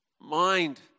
Mind